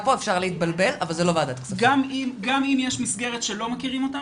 גם אם יש מסגרת שלא מכירים אותה,